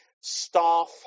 staff